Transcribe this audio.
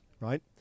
right